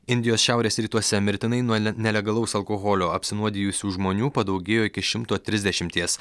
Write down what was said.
indijos šiaurės rytuose mirtinai nuo nelegalaus alkoholio apsinuodijusių žmonių padaugėjo iki šimto trisdešimties